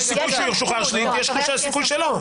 יש סיכוי שהוא ישוחרר ויש סיכוי שלא.